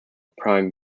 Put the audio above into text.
prime